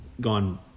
gone